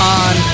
on